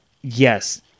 yes